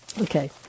Okay